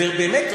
ובאמת,